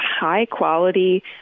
high-quality